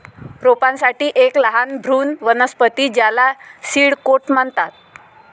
रोपांसाठी एक लहान भ्रूण वनस्पती ज्याला सीड कोट म्हणतात